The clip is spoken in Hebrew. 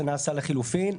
זה נעשה לחילופין,